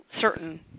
certain